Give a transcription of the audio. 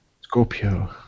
Scorpio